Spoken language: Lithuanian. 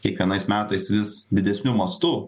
kiekvienais metais vis didesniu mastu